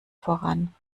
voran